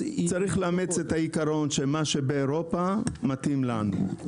צריך לאמץ את העיקרון שמה שיש באירופה מתאים לנו.